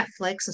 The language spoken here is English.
Netflix